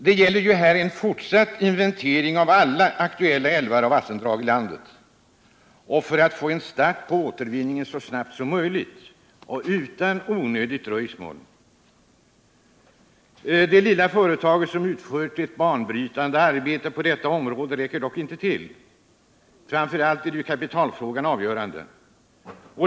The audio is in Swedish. Det gäller här en fortsatt inventering av alla aktuella älvar och vattendrag i landet och att få en start på återvinningen så snabbt som möjligt utan onödigt dröjsmål. Det lilla företaget, som utfört ett banbrytande arbete på detta område, räcker dock inte till. Framför allt är kapitalfrågan avgörande.